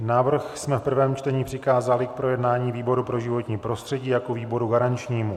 Návrh jsme v prvém čtení přikázali k projednání výboru pro životní prostředí jako výboru garančnímu.